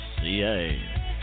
Ca